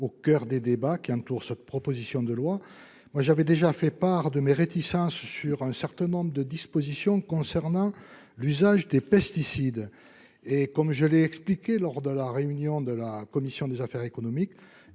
au coeur des débats sur cette proposition de loi. J'ai déjà fait part de mes réticences sur un certain nombre de dispositions concernant l'usage des pesticides. Comme je l'ai expliqué lors de la réunion de la commission des affaires économiques,